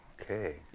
Okay